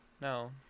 No